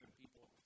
people